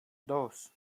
dos